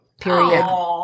period